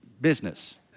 business